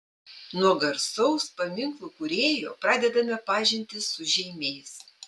nuo garsaus paminklų kūrėjo pradedame pažintį su žeimiais